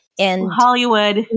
Hollywood